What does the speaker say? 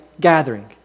gathering